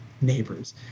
neighbors